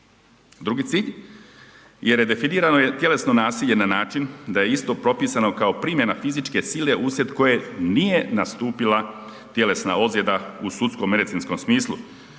Drugi cilj je redefinirano je tjelesno nasilje na način da je isto propisano kao primjena fizičke sile uslijed koje nije nastupila tjelesna ozljeda u sudsko-medicinskom smislu.